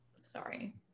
sorry